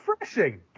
refreshing